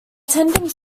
attending